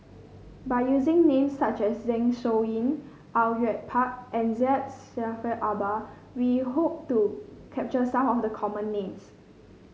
by using names such as Zeng Shouyin Au Yue Pak and Syed Jaafar Albar we hope to capture some of the common names